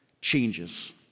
changes